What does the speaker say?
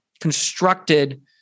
constructed